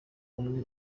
kumwe